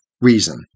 reason